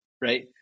right